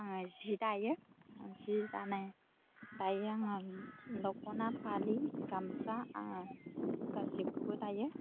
आङो जि दायो आं जि दानाय दायो आङो दख'ना फालि गामसा आङो गासिखौबो दायो